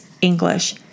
English